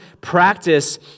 practice